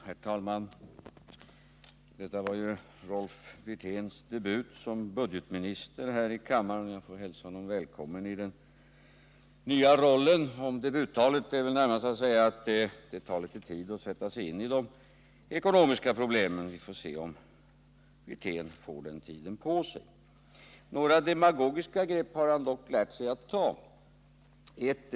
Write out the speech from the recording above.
Herr talman! Detta var ju Rolf Wirténs debut här i kammaren som budgetminister, och jag vill hälsa honom välkommen i den nya rollen. När det gäller debuttalet är väl närmast att säga att det tar litet tid att sätta sig in i de ekonomiska problemen. Vi får se om Rolf Wirtén får den tiden på sig. Några demagogiska grepp har dock Rolf Wirtén som budgetminister lärt sig.